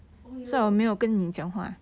!aiyo!